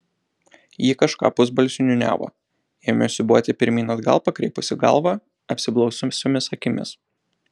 ji kažką pusbalsiu niūniavo ėmė siūbuoti pirmyn atgal pakreipusi galvą apsiblaususiomis akimis